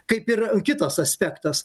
kaip ir kitas aspektas